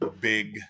big